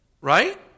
Right